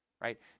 right